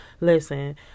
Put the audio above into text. Listen